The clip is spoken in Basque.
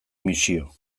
misio